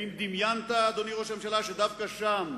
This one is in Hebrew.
האם דמיינת, אדוני ראש הממשלה, שדווקא שם,